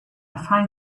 find